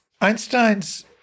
Einstein's